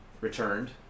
returned